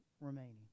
remaining